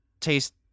taste